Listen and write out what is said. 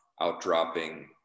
outdropping